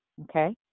okay